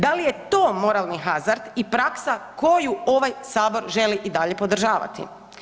Da li je to moralni hazard i praksa koju ovaj sabor želi i dalje podržavati?